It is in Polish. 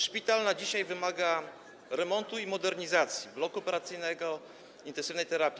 Szpital dzisiaj wymaga remontu i modernizacji bloku operacyjnego, intensywnej terapii.